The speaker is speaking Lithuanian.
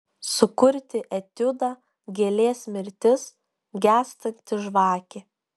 sukurti etiudą gėlės mirtis gęstanti žvakė